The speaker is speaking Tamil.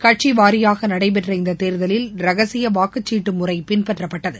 கட்சிவாரியாக நடைபெற்ற இந்த தேர்தலில் ரகசிய வாக்குச் சீட்டு முறை பின்பற்றப்பட்டது